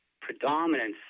predominance